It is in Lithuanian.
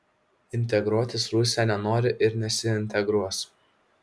integruotis rusija nenori ir nesiintegruos